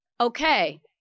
Okay